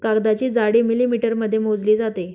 कागदाची जाडी मिलिमीटरमध्ये मोजली जाते